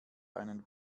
einen